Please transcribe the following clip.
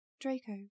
Draco